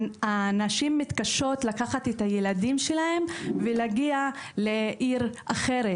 הנשים מתקשות לקחת את הילדים שלהן ולהגיע לעיר אחרת,